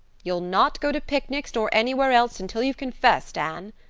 you'll not go to picnics nor anywhere else until you've confessed, anne.